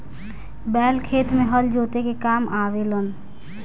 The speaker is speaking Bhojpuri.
बैल खेत में हल जोते के काम आवे लनअ